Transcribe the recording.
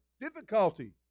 difficulty